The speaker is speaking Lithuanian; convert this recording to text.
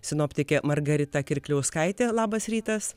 sinoptikė margarita kirkliauskaitė labas rytas